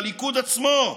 בליכוד עצמו,